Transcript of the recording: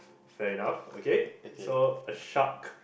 fair enough okay so a shark